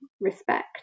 respect